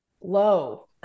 low